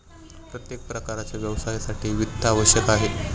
प्रत्येक प्रकारच्या व्यवसायासाठी वित्त आवश्यक आहे